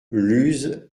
luz